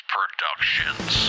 Productions